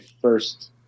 first